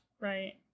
Right